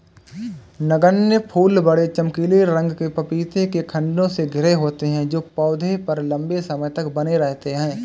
नगण्य फूल बड़े, चमकीले रंग के पपीते के खण्डों से घिरे होते हैं जो पौधे पर लंबे समय तक बने रहते हैं